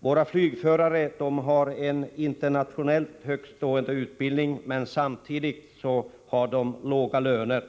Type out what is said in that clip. Våra flygförare har en internationellt sett högt stående utbildning, men samtidigt har de låga löner.